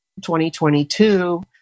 2022